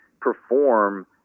perform